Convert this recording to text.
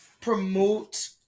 promote